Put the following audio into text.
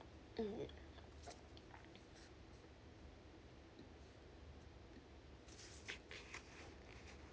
mm